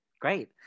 Great